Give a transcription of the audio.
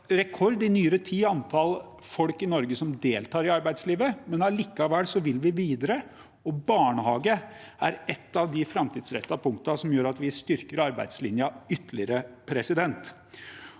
rekord i nyere tid i antall folk i Norge som deltar i arbeidslivet. Allikevel vil vi videre, og barnehage er et av de framtidsrettede punktene som gjør at vi styrker arbeidslinjen ytterligere.